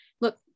look